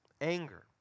anger